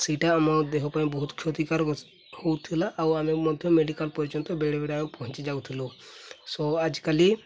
ସେଇଟା ଆମ ଦେହ ପାଇଁ ବହୁତ କ୍ଷତିକାରକ ହଉଥିଲା ଆଉ ଆମେ ମଧ୍ୟ ମେଡ଼ିକାଲ୍ ପର୍ଯ୍ୟନ୍ତ ବେଳେବେଳେ ଆମେ ପହଞ୍ଚିଯାଉଥିଲୁ ସୋ ଆଜିକାଲି